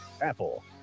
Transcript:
Apple